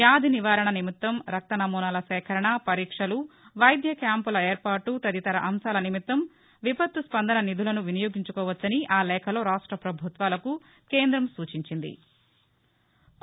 వ్యాధి నివారణ నిమిత్తం రక్త నమూనాల సేకరణ పరీక్షలు వైద్య క్యాంపుల ఏర్పాటు తదితర అంశాల నిమిత్తం విపత్తు స్పందన నిధులను వినియోగించుకోవచ్చని ఆ లేఖలో ర్కాష్ట పభుత్వాలకు కేందం సూచించింది